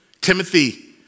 Timothy